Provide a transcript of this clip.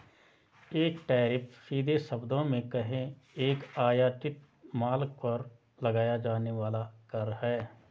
एक टैरिफ, सीधे शब्दों में कहें, एक आयातित माल पर लगाया जाने वाला कर है